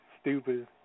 stupid